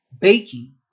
baking